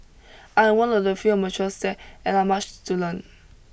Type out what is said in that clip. I am one of the few amateurs there and I much to learn